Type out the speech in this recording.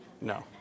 No